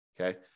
Okay